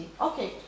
Okay